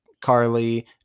Carly